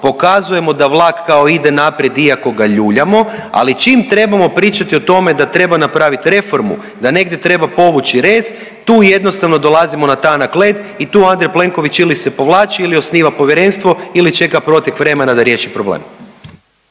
pokazujemo da vlak kao ide naprijed iako ga ljuljamo, ali čim trebamo pričati o tome da treba napraviti reformu, da negdje treba povući rez, tu jednostavno dolazimo na tanak led i tu Andrej Plenković ili se povlači ili osniva povjerenstvo ili čeka protek vremena da riješi problem.